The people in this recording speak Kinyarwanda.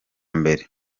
mbere